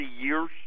years